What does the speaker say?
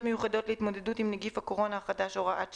מיוחדת להתמודדות עם נגיף הקורונה החדש (הוראת שעה)